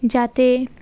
যাতে